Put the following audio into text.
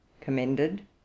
commended